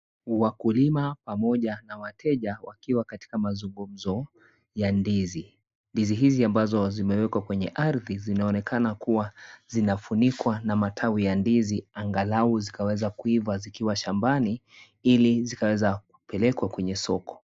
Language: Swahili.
Wakulima pamoja na wateja wakiwa katika mazungumzo ya ndizi, ndizi hizi ambazo zimewekwa kwenye ardhi zinaonekana kuwa zinafunikwa na matawi ya ndizi angalau zikaweza kuiva zikiwa shambani ili zikaweza kupelekwa kwenye soko.